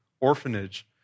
orphanage